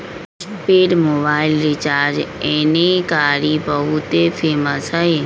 postpaid mobile recharge एन्ने कारि बहुते फेमस हई